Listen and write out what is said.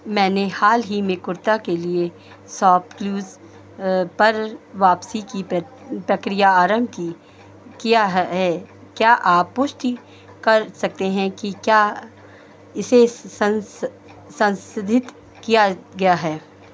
मैंने हाल ही में कुर्ता के लिए शॉपक्लूज़ पर वापसी की प्र प्रक्रिया आरम्भ की किया है क्या आप पुष्टि कर सकते हैं कि क्या इसे सन्स सन्सधित किया गया है